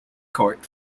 court